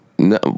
No